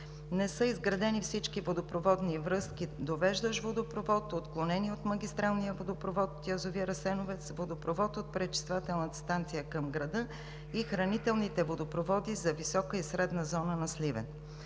Не са изградени всички водопроводни връзки: довеждащ водопровод, отклонение от магистралния водопровод от язовир „Асеновец“, водопровод от пречиствателната станция към града и хранителните водопроводи за висока и средна зона на Сливен.